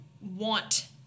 want